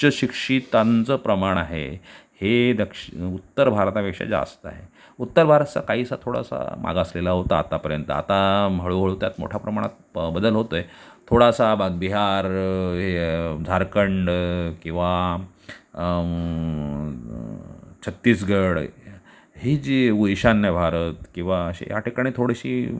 उच्च शिक्षितांचं प्रमाण आहे हे दक्षि उत्तर भारतापेक्षा जास्त आहे उत्तर भारत असा काहीसा थोडासा मागासलेला होता आत्तापर्यंत आता मग हळूहळू त्यात मोठ्या प्रमाणात बदल होतो आहे थोडासा बा बिहार हे झारखंड किंवा छत्तीसगड आहे ही जी ईशान्य भारत किंवा असे याठिकाणी थोडीशी